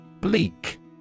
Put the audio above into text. Bleak